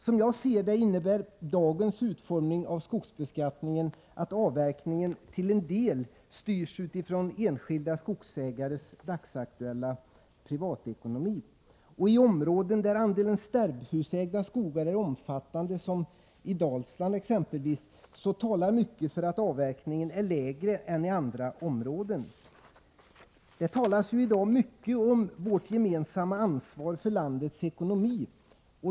Som jag ser det innebär dagens utformning av skogsbeskattningen att avverkningen till en del styrs utifrån enskilda skogsägares dagsaktuella privatekonomi. I områden där andelen sterbhusägda skogar är omfattande, som i exempelvis Dalsland, talar mycket för att avverkningen är lägre än i andra områden. Det talas i dag mycket om vårt gemensamma ansvar för landets ekonomi.